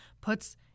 puts